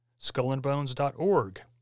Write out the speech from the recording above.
skullandbones.org